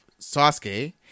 Sasuke